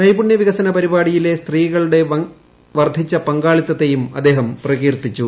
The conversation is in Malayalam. നൈപുണ്യ വികസന പരിപാടിയില്ലെ സ്ത്രീകളുടെ വർദ്ധിച്ച പങ്കാളിത്തത്തേയും അദ്ദേഹം പ്രകീർത്തിച്ചു